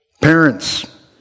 parents